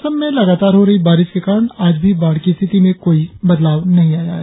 असम में लगातार हो रही बारिश के कारण आज भी बाढ़ की स्थिति में कोई बदलाव नहीं आया है